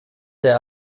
der